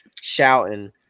shouting